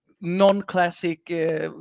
non-classic